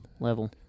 level